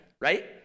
Right